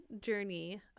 journey